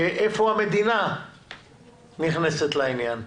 ואיפה המדינה נכנסת לעניין.